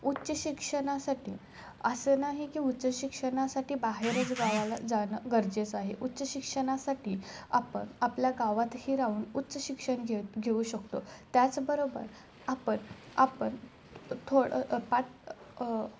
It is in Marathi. उच्च शिक्षणासाठी असं नाही की उच्च शिक्षणासाठी बाहेरच गावाला जाणं गरजेचं आहे उच्च शिक्षणासाठी आपण आपल्या गावातही राहून उच्च शिक्षण घेऊ घेऊ शकतो त्याचबरोबर आपण आपण थोडं पाट